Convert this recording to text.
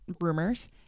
rumors